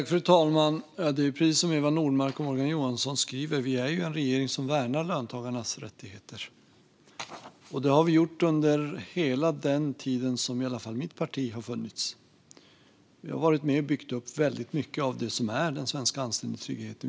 Fru talman! Det är precis som Eva Nordmark och Morgan Johansson skriver. Vi är en regering som värnar löntagarnas rättigheter. Det har vi gjort under hela den tid som i varje fall mitt parti har funnits. Vi har varit med och byggt upp väldigt mycket av det som är den svenska anställningstryggheten.